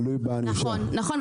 נכון.